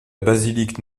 basilique